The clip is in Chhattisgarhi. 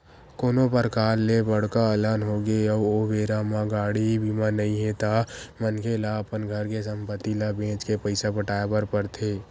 कोनो परकार ले बड़का अलहन होगे अउ ओ बेरा म गाड़ी बीमा नइ हे ता मनखे ल अपन घर के संपत्ति ल बेंच के पइसा पटाय बर पड़थे